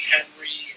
Henry